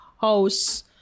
house